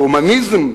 ההומניזם?